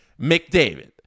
McDavid